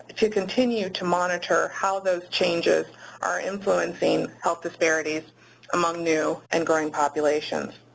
to continue to monitor how those changes are influencing health disparities among new and growing populations.